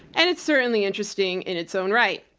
and it's certainly interesting in its own right.